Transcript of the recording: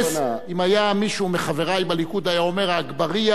מחברי בליכוד היה אומר: האגבאריה למיניהם.